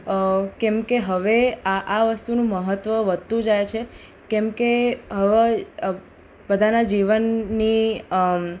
કેમકે હવે આ આ વસ્તુનું મહત્ત્વ વધતું જાય છે કેમકે હવે બધાનાં જીવનની